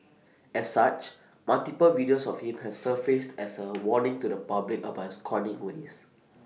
as such multiple videos of him have surfaced as A warning to the public about his conning ways